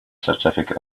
certificate